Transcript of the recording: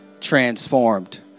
transformed